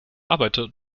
arbeit